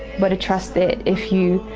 but a trust that if you